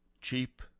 cheap